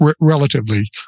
Relatively